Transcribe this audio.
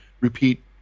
repeat